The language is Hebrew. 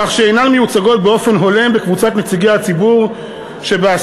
כך שהן אינן מיוצגות באופן הולם בקבוצת נציגי הציבור שבאספה.